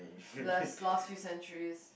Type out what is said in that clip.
there's last few centuries